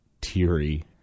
teary